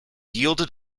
yielded